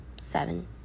seven